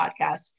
podcast